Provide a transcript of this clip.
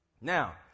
Now